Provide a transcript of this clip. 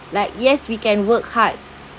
like yes we can work hard